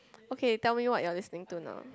okay tell me what are you listening to now